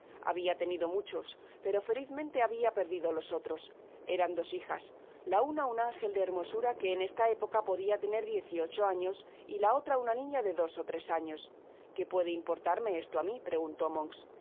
habia tenido muchos pero felizmente habia perdido los otros eran dos hijas la una un ángel de hermosura que en esta época podia tener diez y ocho años y la otra una niña de dos ó tres años qué puede importarme esto á mi preguntó monks